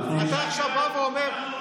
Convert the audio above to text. אתה עכשיו בא ואומר,